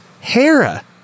Hera